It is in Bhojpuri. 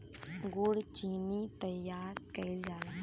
गुड़ चीनी तइयार कइल जाला